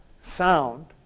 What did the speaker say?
sound